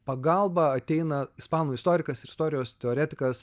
pagalbą ateina ispanų istorikas ir istorijos teoretikas